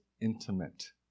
intimate